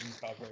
cover